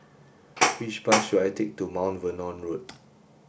which bus should I take to Mount Vernon Road